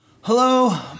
Hello